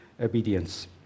obedience